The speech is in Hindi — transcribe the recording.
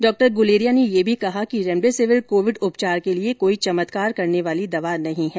डॉक्टर गुलेरिया ने यह भी कहा कि रेमेडिसविर कोविड उपचार के लिए कोई चमत्कार करने वाली दवा नहीं है